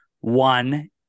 one